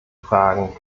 fragen